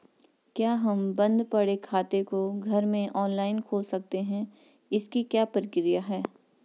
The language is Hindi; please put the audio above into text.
क्या हम बन्द पड़े खाते को घर में ऑनलाइन खोल सकते हैं इसकी क्या प्रक्रिया है?